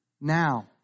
now